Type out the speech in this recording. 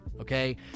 okay